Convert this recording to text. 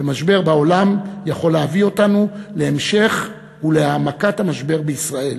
ומשבר בעולם יכול להביא אותנו להמשך ולהעמקת המשבר בישראל.